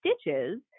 stitches